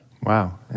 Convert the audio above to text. Wow